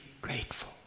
grateful